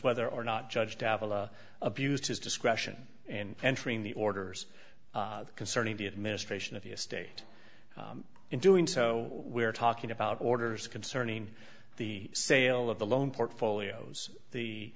whether or not judged abused his discretion and entering the orders concerning the administration of the estate in doing so we're talking about orders concerning the sale of the loan portfolios the